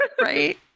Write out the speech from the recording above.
Right